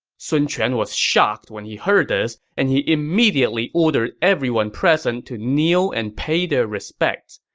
sun quan was shocked when he heard this, and he immediately ordered everyone present to kneel and pay their respects.